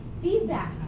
Feedback